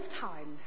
times